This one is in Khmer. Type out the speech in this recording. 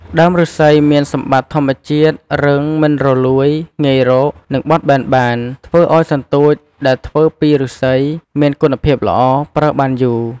ដើមឬស្សីមានសម្បត្តិធម្មជាតិ រឹង មិនរលួយ ងាយរក និងបត់បែនបាន ធ្វើឲ្យសន្ទូចដែលធ្វើពីឬស្សីមានគុណភាពល្អ ប្រើបានយូរ។